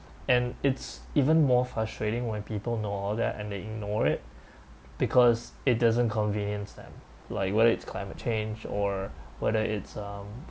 and it's even more frustrating when people know all that and they ignore it because it doesn't convenience them like whether it's climate change or whether it's um